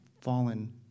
fallen